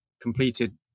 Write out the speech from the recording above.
completed